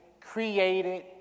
created